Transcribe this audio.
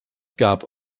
gab